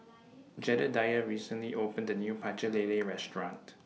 Jedediah recently opened A New Pecel Lele Restaurant